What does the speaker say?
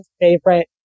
favorite